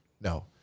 no